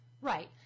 Right